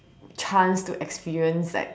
chance to experience like